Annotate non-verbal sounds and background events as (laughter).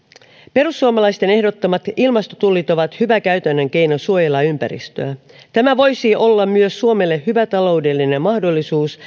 perussuomalaisten ehdottamat ilmastotullit ovat hyvä käytännön keino suojella ympäristöä tämä voisi olla myös suomelle hyvä taloudellinen mahdollisuus (unintelligible)